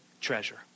treasure